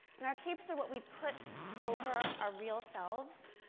and our capes are what we put over our real selves,